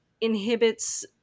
inhibits